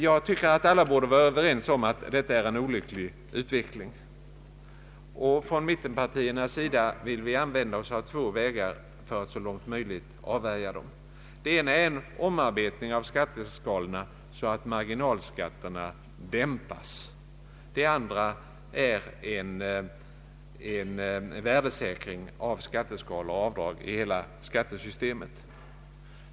Jag tycker att alla borde vara överens om att detta är en olycklig utveckling. Från mittenpartiernas sida vill vi använda två vägar för att så långt möjligt avvärja den. Den ena vägen vi tänker oss är en omarbetning av skatteskalorna, så att marginalskatterna mildras; den andra är en värdesäkring av skatteskalor och avdrag i hela systemet.